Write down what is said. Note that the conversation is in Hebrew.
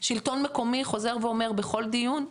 שלטון מקומי חוזר ואומר בכל דיון,